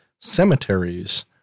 cemeteries